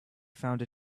found